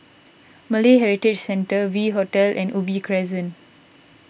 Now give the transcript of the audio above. Malay Heritage Centre V Hotel and Ubi Crescent